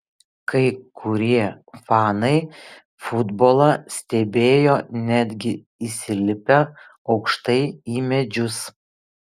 kai kurie fanai futbolą stebėjo netgi įsilipę aukštai į medžius